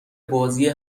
بازی